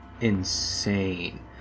insane